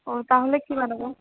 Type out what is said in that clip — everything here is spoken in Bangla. ও তাহলে কি বানাবো